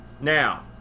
Now